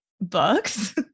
books